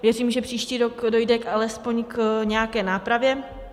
Věřím, že příští rok dojde alespoň k nějaké nápravě.